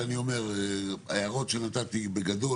ההערות שנתתי בגדול,